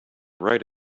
write